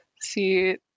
see